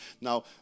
now